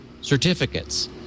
certificates